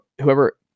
whoever